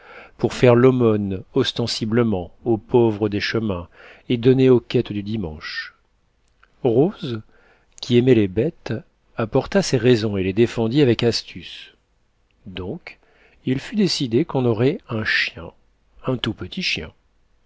pour faire l'aumône ostensiblement aux pauvres des chemins et donner aux quêtes du dimanche rose qui aimait les bêtes apporta ses raisons et les défendit avec astuce donc il fut décidé qu'on aurait un chien un tout petit chien